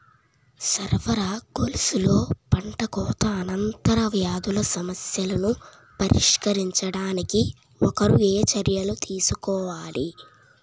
సరఫరా గొలుసులో పంటకోత అనంతర వ్యాధుల సమస్యలను పరిష్కరించడానికి ఒకరు ఏ చర్యలు తీసుకోవాలి?